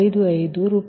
55 Rshr